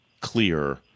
clear